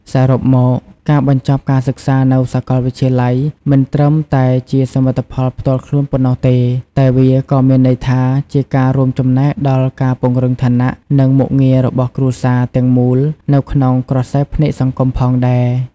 សរុបមក ការបញ្ចប់ការសិក្សានៅសាកលវិទ្យាល័យមិនត្រឹមតែជាសមិទ្ធផលផ្ទាល់ខ្លួនប៉ុណ្ណោះទេ តែវាក៏មានន័យថាជាការរួមចំណែកដល់ការពង្រឹងឋានៈ និងមុខងាររបស់គ្រួសារទាំងមូលនៅក្នុងក្រសែភ្នែកសង្គមផងដែរ។